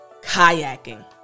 kayaking